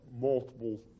multiple